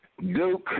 Duke